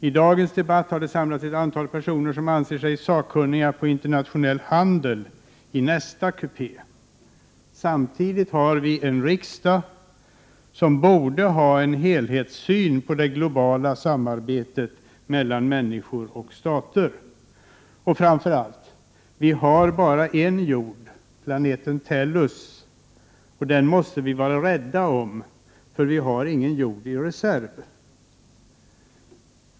I dagens debatt har det samlats ett antal personer som anser sig sakkunniga när det gäller internationell handel — det är alltså nästa kupé. Samtidigt har vi en riksdag som borde ha en helhetssyn på det globala samarbetet mellan människor och stater, och framför allt: vi har bara en jord, planeten Tellus, och den måste vi vara rädda om, för det finns ingen jord i reserv.